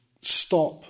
stop